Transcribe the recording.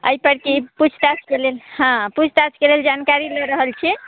एहिपर किछु पूछताछके लेल हँ पूछताछके लेल जानकारी लए रहल छी